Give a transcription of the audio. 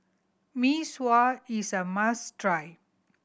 Mee Sua is a must try